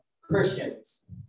Christians